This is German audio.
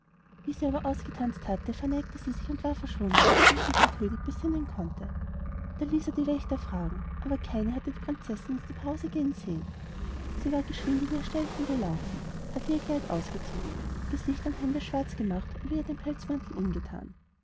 wie sie aber ausgetanzt hatte verneigte sie sich und war verschwunden ehe sich der könig besinnen konnte da ließ er die wächter fragen aber keiner hatte die prinzessin aus dem hause gehen sehen sie war geschwind in ihr ställchen gelaufen hatte ihr kleid ausgezogen gesicht und hände schwarz gemacht und wieder den pelzmantel umgethan